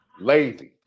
lazy